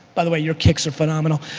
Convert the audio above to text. by the way, your kicks are phenomenal.